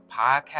podcast